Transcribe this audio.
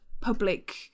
public